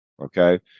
Okay